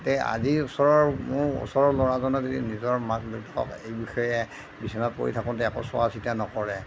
তে আজি ওচৰৰ মোৰ ওচৰৰ ল'ৰাজনে যদি নিজৰ মাক দেউতাকক এই বিষয়ে বিছনাত পৰি থাকোঁতে একো চোৱাচিতা নকৰে